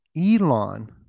Elon